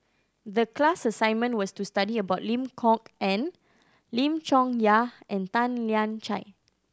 the class assignment was to study about Lim Kok Ann Lim Chong Yah and Tan Lian Chye